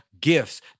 gifts